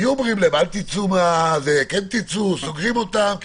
היו אומרים להם אל תצאו, כן תצאו, סוגרים אותם.